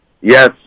Yes